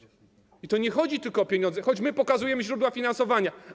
I nie chodzi tylko o pieniądze, choć my pokazujemy źródła finansowania.